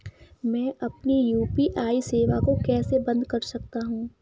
मैं अपनी यू.पी.आई सेवा को कैसे बंद कर सकता हूँ?